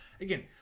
again